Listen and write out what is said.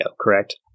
correct